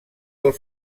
del